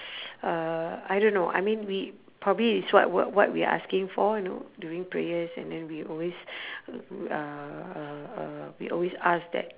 uh I don't know I mean we probably is what what what we're asking for you know during prayers and then we always uh uh uh we always ask that